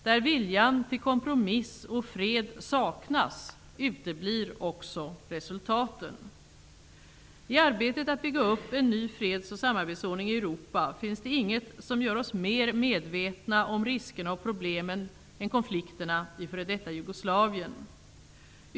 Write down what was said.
Där viljan till kompromiss och fred saknas, uteblir också resultaten. I arbetet att bygga upp en ny freds och samarbetsordning i Europa finns det inget som gör oss mer medvetna om riskerna och problemen än konflikterna i f.d. Jugoslavien.